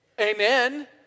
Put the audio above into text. Amen